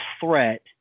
threat